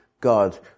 God